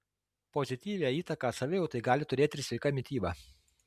pozityvią įtaką savijautai gali turėti ir sveika mityba